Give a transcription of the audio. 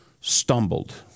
stumbled